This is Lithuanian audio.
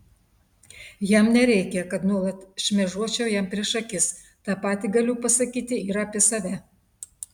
jam nereikia kad nuolat šmėžuočiau jam prieš akis tą patį galiu pasakyti ir apie save